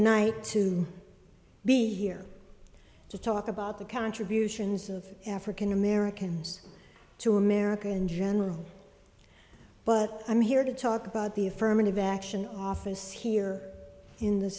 night to be here to talk about the contributions of african americans to america in general but i'm here to talk about the affirmative action office here in the